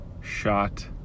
shot